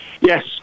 Yes